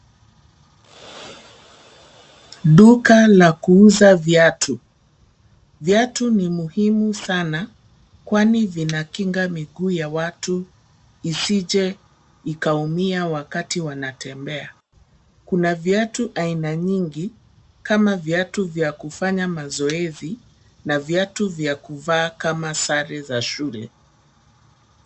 Duka la kuuza viatu. Viatu ni muhimu sana kwani vinakinga miguu ya watu isije ikaumia wakati wanatembea. Kuna viatu aina nyingi, kama viatu vya kufanya mazoezi na viatu vya kuvaa kama sare za shule.